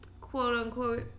quote-unquote